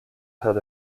had